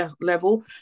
level